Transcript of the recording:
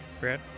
Brad